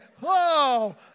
whoa